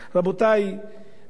רבותי,